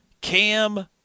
Cam